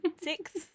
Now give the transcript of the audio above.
Six